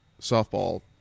softball